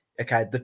Okay